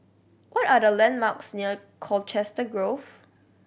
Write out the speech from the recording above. what are the landmarks near Colchester Grove